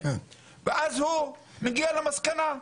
ואז הוא מגיע למסקנה.